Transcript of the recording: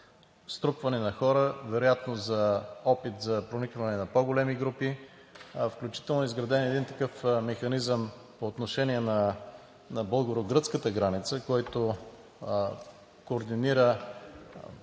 струпване на хора, вероятно за опит за проникване на по-големи групи, включително е изграден един такъв механизъм по отношение на българо-гръцката граница, който координира